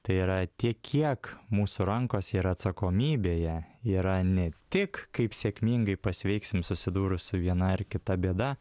tai yra tiek kiek mūsų rankose ir atsakomybėje yra ne tik kaip sėkmingai pasveiksim susidūrus su viena ar kita bėda